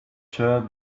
sure